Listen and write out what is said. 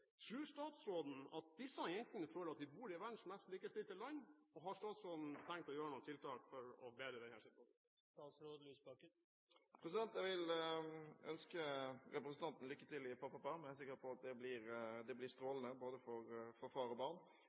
statsråden at disse jentene føler at de bor i verdens mest likestilte land, og har statsråden tenkt å sette inn noen tiltak for å bedre denne situasjonen? Jeg vil ønske representanten lykke til i pappaperm – jeg er sikker på at det blir strålende for både